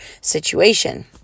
situation